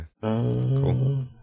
Cool